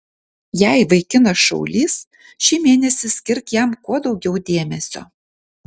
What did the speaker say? jei vaikinas šaulys šį mėnesį skirk jam kuo daugiau dėmesio